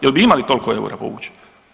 Jel' bi imali toliko eura povući?